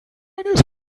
eines